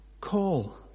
call